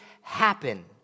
happen